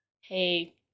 hey